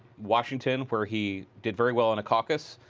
washington, where he did very well in a caucus,